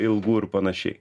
ilgų ir panašiai